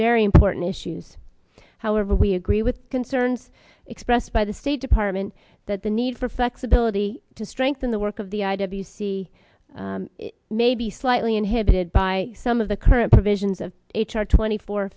very important issues however we agree with concerns expressed by the state department that the need for flexibility to strengthen the work of the i w c may be slightly inhibited by some of the current provisions of h r twenty four